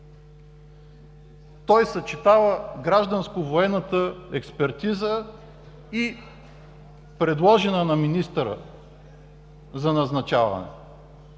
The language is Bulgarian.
Той съчетава гражданско-военната експертиза с предложение към министъра за назначаване.